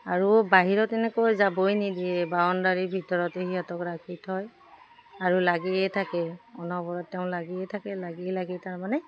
আৰু বাহিৰত তেনেকৈ যাবই নিদিয়ে বাউণ্ডাৰীৰ ভিতৰতে সিহঁতক ৰাখি থয় আৰু লাগিয়ে থাকে অনবৰত তেওঁ লাগিয়ে থাকে লাগি লাগি তাৰমানে